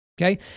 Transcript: Okay